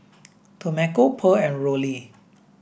Tomeka Pearl and Rollie